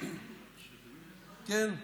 מכתב אמיתי, מכתב כן,